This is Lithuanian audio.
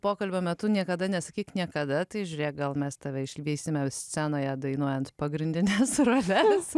pokalbio metu niekada nesakyk niekada tai žiūrėk gal mes tave išvysime scenoje dainuojant pagrindines roles